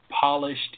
polished